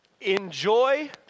Enjoy